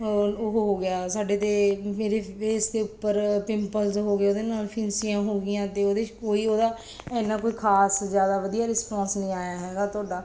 ਹ ਉਹ ਹੋ ਗਿਆ ਸਾਡੇ 'ਤੇ ਮੇਰੇ ਫੇਸ ਦੇ ਉੱਪਰ ਪਿੰਪਲਸ ਹੋ ਗਏ ਉਹਦੇ ਨਾਲ ਫਿੰਨਸੀਆਂ ਹੋ ਗਈਆਂ ਅਤੇ ਉਹਦੇ 'ਚ ਕੋਈ ਉਹਦਾ ਇੰਨਾ ਕੋਈ ਖ਼ਾਸ ਜ਼ਿਆਦਾ ਵਧੀਆ ਰਿਸਪੋਂਸ ਨਹੀਂ ਆਇਆ ਹੈਗਾ ਤੁਹਾਡਾ